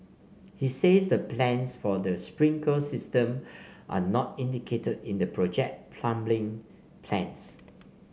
he says the plans for the sprinkler system are not indicated in the project plumbing plans